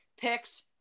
picks